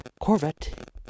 Corvette